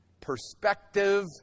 perspective